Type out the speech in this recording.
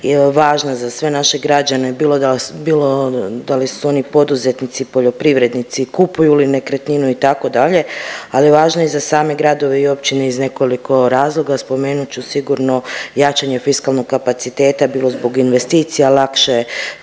važna za sve naše građene bilo da su, bilo da li su oni poduzetnici, poljoprivrednici, kupuju li nekretninu itd., ali je važno i za same gradove i općine iz nekoliko razloga. Spomenut ću sigurno jačanje fiskalnog kapaciteta bilo zbog investicija, lakše